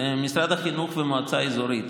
זה משרד החינוך והמועצה האזורית.